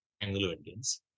Anglo-Indians